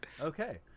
Okay